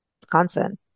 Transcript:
Wisconsin